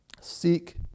seek